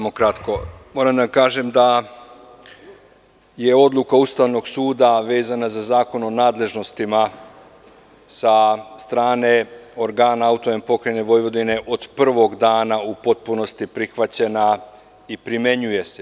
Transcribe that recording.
Moram da kažem da je odluka Ustavnog suda vezana za Zakon o nadležnostima sa strane organa AP Vojvodine od prvog dana u potpunosti prihvaćena i primenjuje se.